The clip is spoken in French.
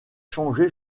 changé